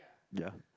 ya